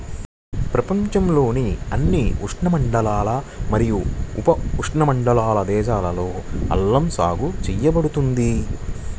ప్రపంచంలోని అన్ని ఉష్ణమండల మరియు ఉపఉష్ణమండల దేశాలలో అల్లం సాగు చేయబడుతుంది